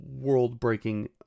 world-breaking